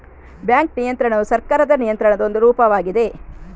bank ನಿಯಂತ್ರಣವು ಸರ್ಕಾರದ ನಿಯಂತ್ರಣದ ಒಂದು ರೂಪವಾಗಿದೆ